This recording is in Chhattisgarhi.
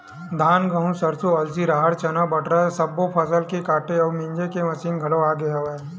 धान, गहूँ, सरसो, अलसी, राहर, चना, बटरा सब्बो फसल के काटे अउ मिजे के मसीन घलोक आ गे हवय